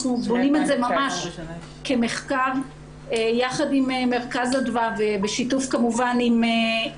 אנחנו בונים את זה ממש כמחקר יחד עם מרכז אדווה ובשיתוף עם אתנה,